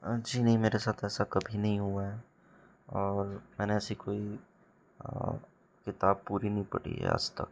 जी नहीं मेरे साथ ऐसा कभी नहीं हुआ है और मैंने ऐसी कोई किताब पूरी नहीं पढ़ी है आज तक